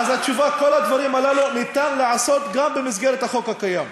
אז התשובה: את כל הדברים הללו ניתן לעשות גם במסגרת החוק הקיים.